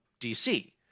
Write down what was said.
DC